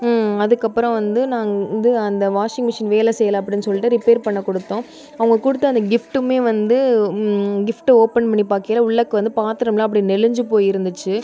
அதுக்கப்புறம் வந்து நான் வந்து அந்த வாஷிங் மிஷின் வேலை செய்யல அப்படினு சொல்லிட்டு ரிப்பேர் பண்ண கொடுத்தோம் அவங்க கொடுத்த அந்த கிஃப்ட்டுமே வந்து கிஃப்ட் ஓபன் பண்ணி பார்க்கயில உள்ளாக்க வந்து பாத்திரம்லாம் அப்படியே நெளிஞ்சு போய் இருந்துச்சு